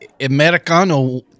Americano